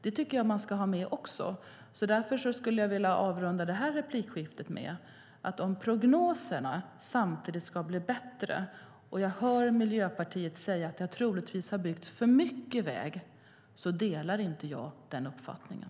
Det tycker jag att man ska ha med. Därför skulle jag vilja, apropå att prognoserna ska bli bättre, avrunda med att säga att jag hör att Miljöpartiet tycker att det troligtvis har byggts för mycket väg. Jag delar inte den uppfattningen.